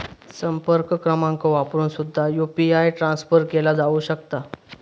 संपर्क क्रमांक वापरून सुद्धा यू.पी.आय ट्रान्सफर केला जाऊ शकता